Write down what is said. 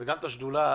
השדולה,